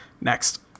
Next